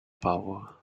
power